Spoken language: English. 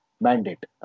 mandate